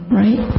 right